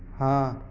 हाँ